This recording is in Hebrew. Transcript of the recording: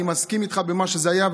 אני מסכים איתך שזה מה היה,